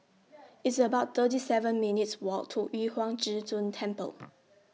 It's about thirty seven minutes' Walk to Yu Huang Zhi Zun Temple